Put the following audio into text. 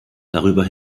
darüber